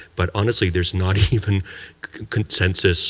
but honestly, there's not even consensus